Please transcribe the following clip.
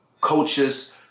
coaches